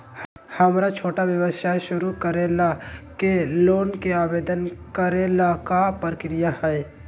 हमरा छोटा व्यवसाय शुरू करे ला के लोन के आवेदन करे ल का प्रक्रिया हई?